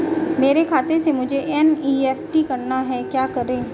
मेरे खाते से मुझे एन.ई.एफ.टी करना है क्या करें?